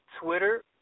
Twitter